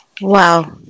Wow